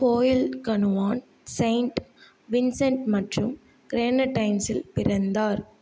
Fayol கனுவான் Saint Vincent மற்றும் கிரெனடைன்ஸில் பிறந்தார்